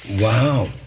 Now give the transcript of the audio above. Wow